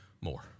more